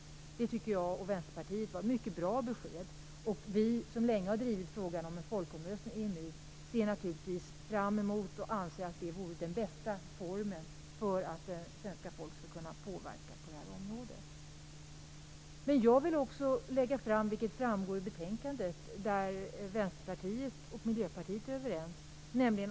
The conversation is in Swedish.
Det tycker jag och Vänsterpartiet var ett mycket bra besked. Vi som länge har drivit frågan om folkomröstning om EMU ser naturligtvis fram emot det och anser att det vore den bästa formen för att svenska folket skall kunna påverka på det här området. Jag vill lägga fram en synpunkt, vilket framgår av betänkandet, där Vänsterpartiet och Miljöpartiet är överens.